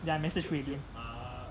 ya I message wei lian